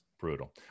brutal